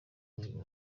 uri